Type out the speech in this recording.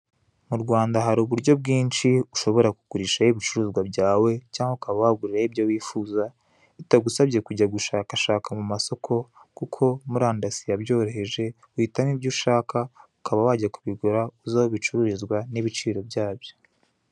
Mu Rwanda hari uburyo bwinshi ushobora kugurishaho ibicuruzwa byawe cyangwa ukaba waguriraho ibyo wifuza bitagusabye kujya gushaka mu mu masoko, kuko murandasi yabyoroheje uhitamo ibyo ushaka ukaba wajya kubigura uzi aho bicururizwa n'ibiciro byabyo.